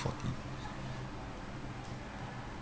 forty